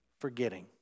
forgetting